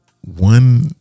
one